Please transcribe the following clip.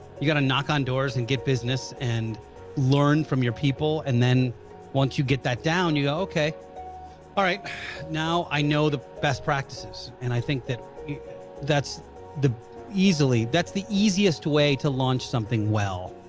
you gotta knock on doors and get business and learn from your people and then once you get that down you okay alright now i know the best practices and i think that's the easily, that's the easiest way to launch something well.